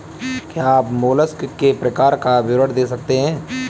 क्या आप मोलस्क के प्रकार का विवरण दे सकते हैं?